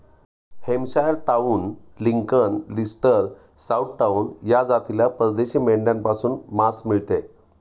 Hampshire town, Lincoln, Leicester, south town या जातीला परदेशी मेंढ्यांपासून मांस मिळते